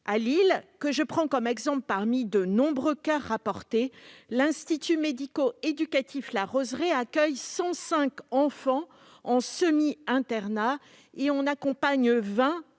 À Lille, que je prends comme exemple parmi de nombreux cas rapportés, l'institut médico-éducatif La Roseraie accueille 105 enfants en semi-internat et en accompagne 20 en